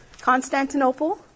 Constantinople